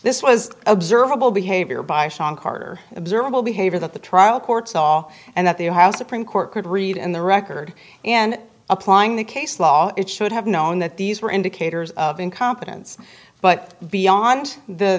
this was observable behavior by shawn carter observable behavior that the trial court saw and that the house supreme court could read in the record and applying the case law it should have known that these were indicators of incompetence but beyond